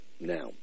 Now